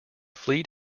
fleet